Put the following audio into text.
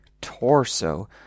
torso